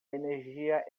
energia